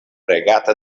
regata